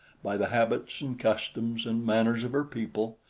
by the habits and customs and manners of her people,